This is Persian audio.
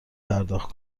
پرداخت